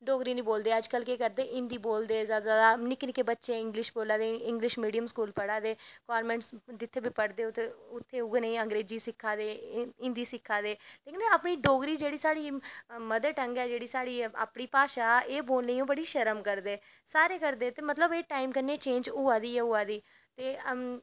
डोगरी नी बोलदे अज्ज कल केह् करदे हिन्दी बोलदे निक्के निक्के बच्चे इंगलिश बोला दे इंगलिश मिडियम पढ़ा दे कान्बैंटस जित्थें बी पढ़दे ओह् तां उत्थें उऐ जेही इंगलिश सिक्खा दे हिन्दी सिक्खा दे लेकिन अपनी डोगरी जेह्की साढ़ी मदर टंग ऐ जेह्ड़ी साढ़ी अपनी भाशा एह् बोलने गी ओह् बड़ी शर्म करदे सारे करदे ते मतलव एह् टाईम कन्नै चेंज होआ दी गै होआ दी ते